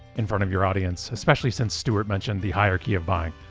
in front of your audience, especially since stuart mentioned the hierarchy of buying,